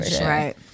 Right